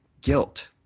guilt